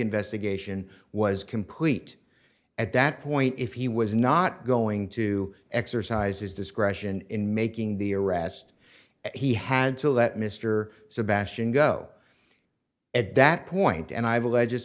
investigation was complete at that point if he was not going to exercise his discretion in making the arrest he had to let mr sebastian go at that point and i've alleges